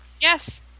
Yes